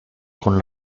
con